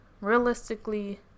Realistically